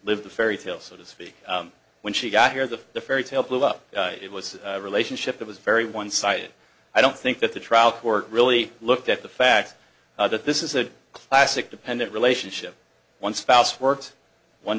live the fairy tale so to speak when she got here the fairy tale blew up it was a relationship that was very one sided i don't think that the trial court really looked at the fact that this is a classic dependent relationship one spouse works one